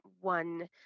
one